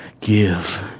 give